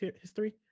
history